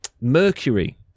mercury